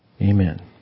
Amen